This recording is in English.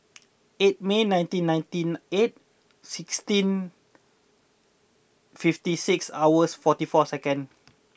eight May nineteen ninety eight sixteen fifty six hours forty four seconds